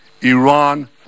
Iran